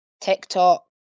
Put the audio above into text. TikTok